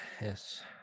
yes